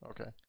Okay